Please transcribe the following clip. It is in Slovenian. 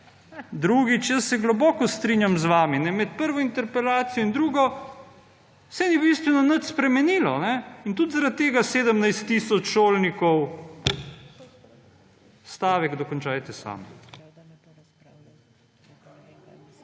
Drugič. Jaz se globoko strinjam z vami. Med prvo interpelacijo in drugo se ni bistveno nič spremenilo. In tudi zaradi tega 17 tisoč šolnikov … stavek dokončajte sami.